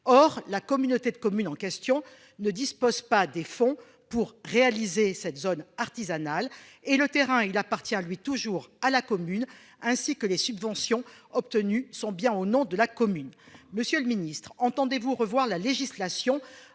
Or, la communauté de communes en question ne dispose pas des fonds pour réaliser cette zone artisanale et le terrain il appartient lui toujours à la commune ainsi que les subventions obtenues sont bien au nom de la commune. Monsieur le Ministre, entendez-vous revoir la législation